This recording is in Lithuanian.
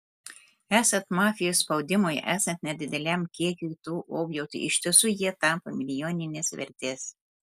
esant mafijos spaudimui esant nedideliam kiekiui tų objektų iš tiesų jie tampa milijoninės vertės